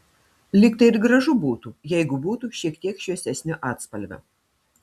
lyg tai ir gražu būtų jeigu būtų šiek tiek šviesesnio atspalvio